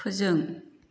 फोजों